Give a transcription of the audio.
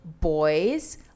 boys